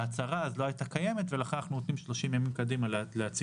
ההצהרה לא הייתה קיימת אז ולכן אנחנו נותנים 30 ימים קדימה להציג